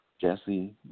Jesse